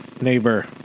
Neighbor